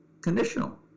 conditional